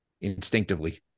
instinctively